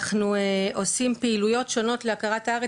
אנחנו עושים פעילויות שונות להכרת הארץ,